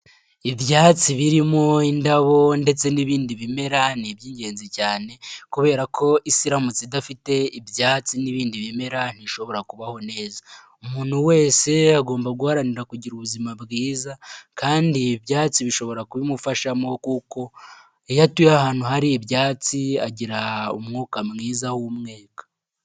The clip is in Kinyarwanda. byatsi birimo indabo ndetse n'ibindi bimera, ni iby'ingenzi cyane. Kubera ko isi iramutse idafite ibyatsi n'ibindi bimera, ntibishobora kubaho neza. Umuntu wese agomba guharanira kugira ubuzima bwiza, kandi ibyatsi bishobora kubimufashamo, kuko iyo atuye ahantu hari ibyatsi, agira umwuka mwiza ahumeka.